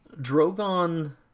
Drogon